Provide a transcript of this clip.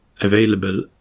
Available